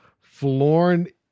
Florin